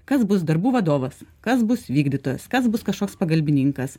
kas bus darbų vadovas kas bus vykdytojas kas bus kažkoks pagalbininkas